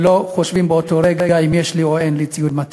ולא חושבים באותו רגע אם יש לי או אין לי ציוד מתאים,